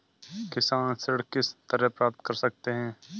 किसान ऋण किस तरह प्राप्त कर सकते हैं?